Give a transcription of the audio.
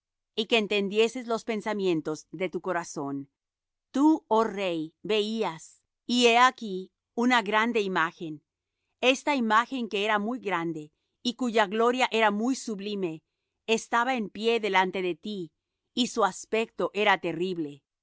y que entiendieses los pensamientos de tu corazón tú oh rey veías y he aquí una grande imagen esta imagen que era muy grande y cuya gloria era muy sublime estaba en pie delante de ti y su aspecto era terrible